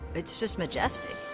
it's just majestic.